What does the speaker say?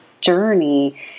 journey